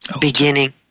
Beginning